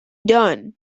done